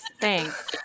thanks